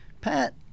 Pat